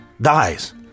dies